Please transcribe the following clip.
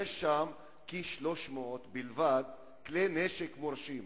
ויש שם כ-300 כלי נשק מורשים בלבד.